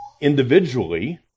individually